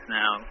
now